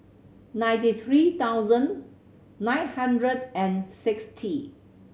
ninety three thousand nine hundred and sixty